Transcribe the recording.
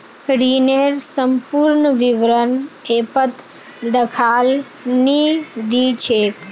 ऋनेर संपूर्ण विवरण ऐपत दखाल नी दी छेक